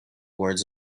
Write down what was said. words